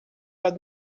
pas